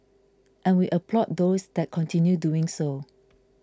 and we applaud those that continue doing so